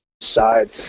Side